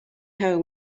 home